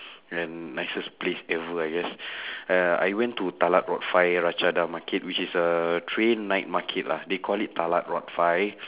and nicest place ever I guess uh I went to talad-rot-fai-ratchada market which is a train night market lah they call it talad-rot-fai